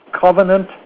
covenant